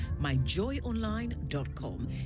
MyJoyOnline.com